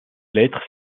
lettre